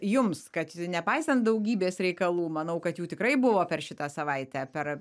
jums kad nepaisant daugybės reikalų manau kad jų tikrai buvo per šitą savaitę per